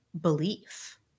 belief